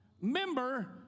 Member